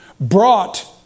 brought